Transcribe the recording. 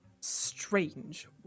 strange